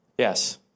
Yes